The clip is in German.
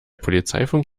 polizeifunk